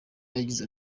yagize